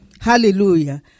Hallelujah